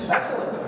Excellent